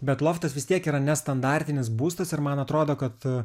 bet loftas vis tiek yra nestandartinis būstas ir man atrodo kad